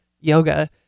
yoga